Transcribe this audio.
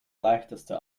leichteste